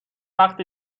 وقت